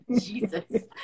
Jesus